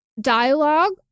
dialogue